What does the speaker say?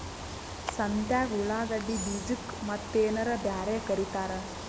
ಸಂತ್ಯಾಗ ಉಳ್ಳಾಗಡ್ಡಿ ಬೀಜಕ್ಕ ಮತ್ತೇನರ ಬ್ಯಾರೆ ಕರಿತಾರ?